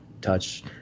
touch